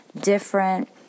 different